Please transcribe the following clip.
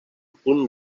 punt